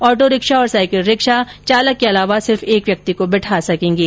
auto rickshaw और cycle rickshaw चालक के अलावा सिर्फ एक व्यक्ति को बैठा सकेंगे